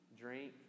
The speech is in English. drink